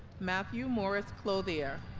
matthew morris clothier